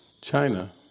China